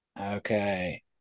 Okay